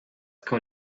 call